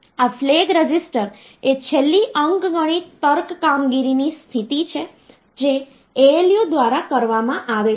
આ flag register એ છેલ્લી અંકગણિત તર્ક કામગીરીની સ્થિતિ છે જે ALU દ્વારા કરવામાં આવે છે